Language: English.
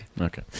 okay